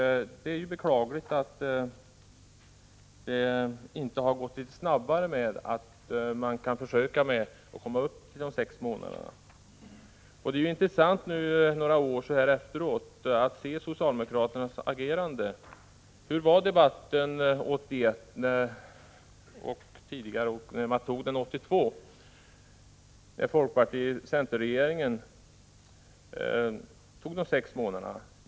Det är ju beklagligt att det inte gått litet snabbare att försöka komma upp till en tid på sex månader. Så här några år efter lagens införande är det intressant att studera socialdemokraternas agerande. Hur fördes debatten 1981 och dessförinnan samt när förslaget antogs 1982, då folkpartioch centerregeringen fattade beslutet om dessa sex månader?